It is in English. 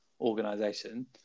organization